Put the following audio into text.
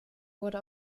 wurde